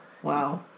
Wow